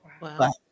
Wow